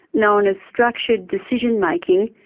known as structured decision making,